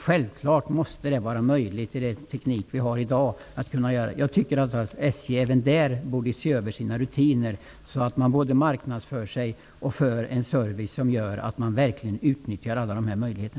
Självklart måste det vara möjligt med den teknik vi har i dag att kunna klara detta. Jag tycker alltså att SJ även där borde se över sina rutiner så att man både marknadsför sig och ger en service som gör att man verkligen utnyttjar alla möjligheter.